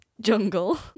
Jungle